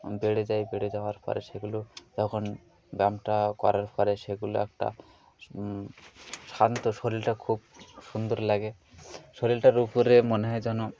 বেড়ে যায় বেড়ে যাওয়ার পরে সেগুলো যখন ব্যায়ামটা করার পরে সেগুলো একটা শান্ত শরীরটা খুব সুন্দর লাগে শরীরটার উপরে মনে হয় যেন